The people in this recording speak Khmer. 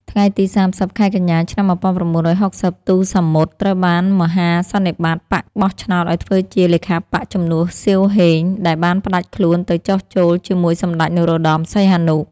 ថ្ងៃទី៣០ ខែកញ្ញា ឆ្នាំ១៩៦០ ទូ សាមុត ត្រូវបានមហាសន្និបាតបក្សបោះឆ្នោតឱ្យធ្វើជាលេខាបក្ស ជំនួស សៀវ ហេង ដែលបានផ្តាច់ខ្លួនទៅចុះចូលជាមួយសម្តេច នរោត្តម សីហនុ។